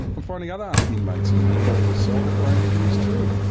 i'm finding other inmates in here for assault have brain injuries too,